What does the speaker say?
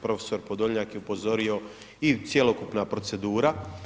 Prof. Podolnjak je upozorio i cjelokupna procedura.